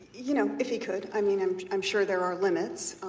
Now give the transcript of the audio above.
you know if he could. i mean i'm i'm sure there are limits.